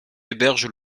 héberge